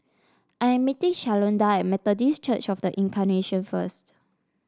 I am meeting Shalonda at Methodist Church Of The Incarnation first